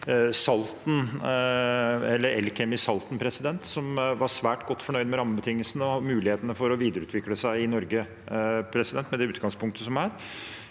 Elkem Salten, som var svært godt fornøyd med rammebetingelsene og mulighetene for å videreutvikle seg i Norge med det utgangspunktet som er